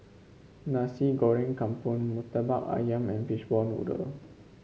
Nasi Goreng Kampung murtabak ayam and Fishball Noodle